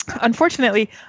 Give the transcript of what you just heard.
Unfortunately